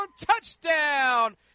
Touchdown